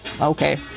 okay